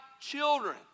children